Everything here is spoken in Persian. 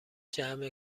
جمع